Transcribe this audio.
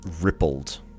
rippled